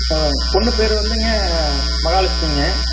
ஆ பெண்ணு பேர் வந்துங்க மகாலட்சுமிங்க